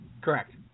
Correct